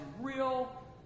real